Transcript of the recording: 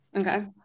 Okay